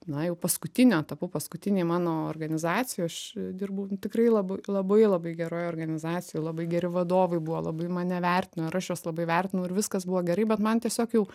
na jau paskutiniu etapu paskutinėj mano organizacijoj aš dirbu tikrai labai labai labai geroj organizacijoj labai geri vadovai buvo labai mane vertino ir aš juos labai vertinau ir viskas buvo gerai bet man tiesiog jau